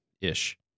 Ish